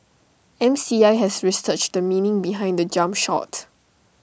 M C I has researched the meaning behind the jump shot